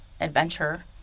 adventure